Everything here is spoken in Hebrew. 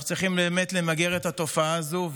אנחנו צריכים באמת למגר את התופעה הזו.